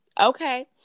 Okay